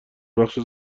بخش